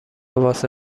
واسه